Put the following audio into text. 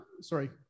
sorry